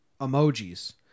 emojis